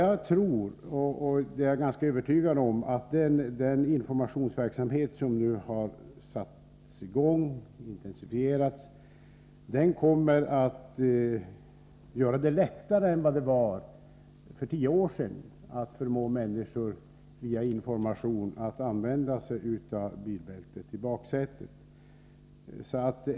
Jag är ganska övertygad om att den informationsverksamhet som nu satts i gång och intensifierats kommer att göra det lättare än det var för tio år sedan att få människor att använda sig av bilbältet i baksätet.